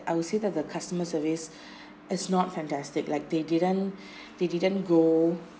I would say that the customer service is not fantastic like they didn't they didn't go